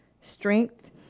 strength